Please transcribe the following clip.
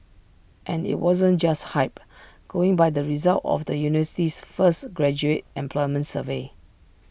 and IT wasn't just hype going by the results of the university's first graduate employment survey